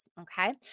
okay